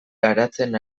garatzen